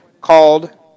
called